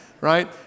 right